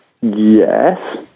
yes